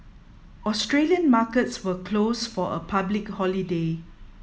Australian markets were closed for a public holiday